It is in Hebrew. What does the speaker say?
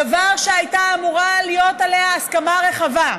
דבר שהיה אמור להיות עליו הסכמה רחבה,